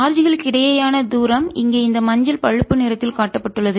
charge களுக்கிடையிலான தூரம் இங்கே இந்த மஞ்சள் பழுப்பு நிறத்தில் காட்டப்பட்டுள்ளது